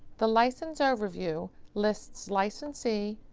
the license overview lists licensee,